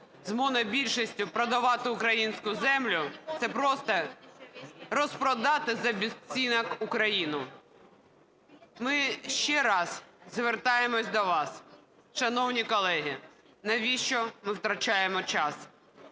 з монобільшістю продавати українську землю – це просто розпродати за безцінок Україну. Ми ще раз звертаємося до вас, шановні колеги: навіщо ми втрачаємо час?